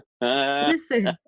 Listen